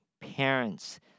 parents